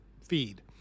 feed